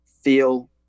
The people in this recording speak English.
feel